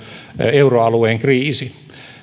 euroalueen kriisi